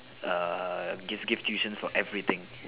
err give give tuition for everything